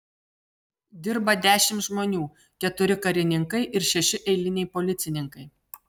dirba dešimt žmonių keturi karininkai ir šeši eiliniai policininkai